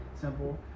Simple